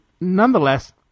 nonetheless